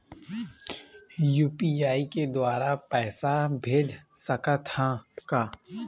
UPI के द्वारा पैसा भेज सकत ह का?